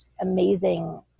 amazing